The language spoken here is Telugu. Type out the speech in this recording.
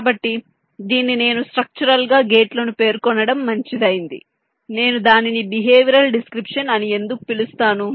కాబట్టి దీన్ని నేను స్ట్రక్చరల్ గా గేట్లను పేర్కొనడం మంచిదైంది నేను దానిని బిహేవియరల్ డిస్క్రిప్షన్ అని ఎందుకు పిలుస్తాను